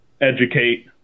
educate